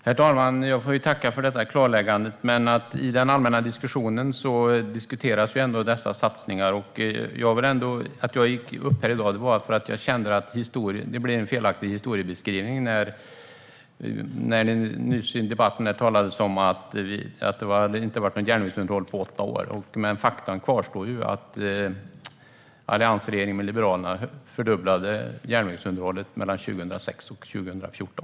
Herr talman! Jag får tacka för detta klarläggande. Men i den allmänna diskussionen talas det ändå om dessa satsningar. Jag gick upp här i dag för att jag känner att det blev en felaktig historiebeskrivning när det nyss i debatten talades om att det inte hade varit något järnvägsunderhåll på åtta år. Faktum kvarstår: Alliansregeringen och Liberalerna fördubblade järnvägsunderhållet mellan 2006 och 2014.